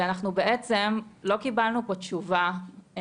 אנחנו בעצם לא קיבלנו פה תשובה.